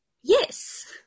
Yes